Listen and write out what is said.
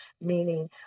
Meaning